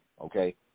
okay